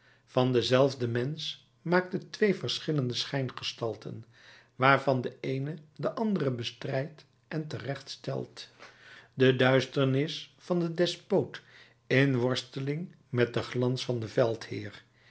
van denzelfden mensch maakt het twee verschillende schijngestalten waarvan de eene de andere bestrijdt en terechtstelt de duisternis van den despoot in worsteling met den glans van den veldheer